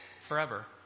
forever